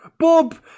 Bob